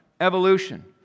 Evolution